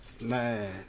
Man